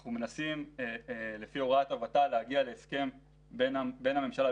אנחנו מנסים לפי הוראת הוות"ל להגיע להסכם בין הממשלה,